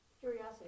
Curiosity